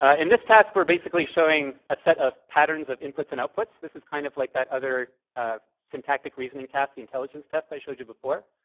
ah in this task, we're basically showing a set of patterns of inputs and outputs. this is kind of like that other syntactic reasoning task, the intelligence test i showed you before.